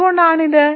എന്തുകൊണ്ടാണ് ഇത്